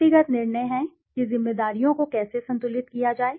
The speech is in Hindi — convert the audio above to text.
व्यक्तिगत निर्णय है कि जिम्मेदारियों को कैसे संतुलित किया जाए